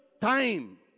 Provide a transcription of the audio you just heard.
time